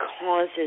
causes